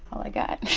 all i got.